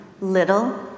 little